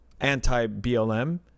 anti-BLM